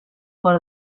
por